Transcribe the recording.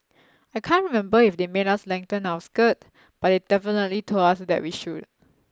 I can't remember if they made us lengthen our skirt but they definitely told us that we should